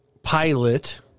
pilot